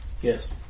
Yes